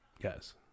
Yes